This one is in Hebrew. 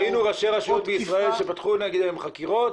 ראינו ראשי רשויות בישראל שפתחו נגדם חקירות